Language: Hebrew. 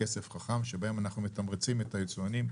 בכסף חכם שבהם אנחנו מתמרצים את היצואנים.